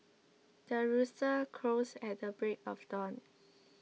the rooster crows at the break of dawn